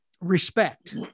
respect